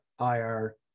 IR